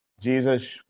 Jesus